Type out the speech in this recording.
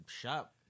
shop